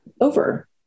over